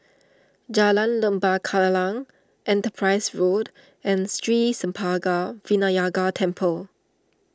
Jalan Lembah Kallang Enterprise Road and Sri Senpaga Vinayagar Temple